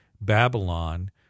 Babylon